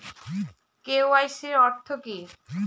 KYC অর্থ কি?